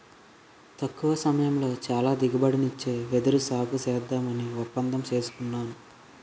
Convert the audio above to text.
తక్కువ సమయంలో చాలా దిగుబడినిచ్చే వెదురు సాగుసేద్దామని ఒప్పందం సేసుకున్నాను